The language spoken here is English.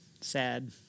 sad